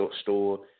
store